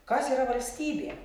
kas yra valstybė